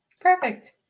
Perfect